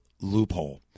loophole